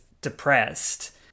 depressed